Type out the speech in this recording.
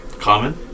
Common